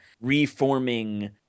Reforming